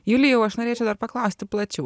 julijau aš norėčiau dar paklausti plačiau